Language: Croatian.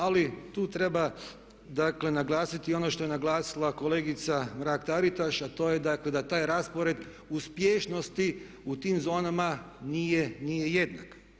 Ali tu treba dakle naglasiti i ono što je naglasila kolegica Mrak-Taritaš, a to je dakle da taj raspored uspješnosti u tim zonama nije jednak.